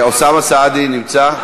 אוסאמה סעדי, נמצא?